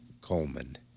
Coleman